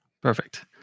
Perfect